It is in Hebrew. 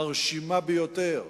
מרשימה ביותר,